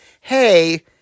hey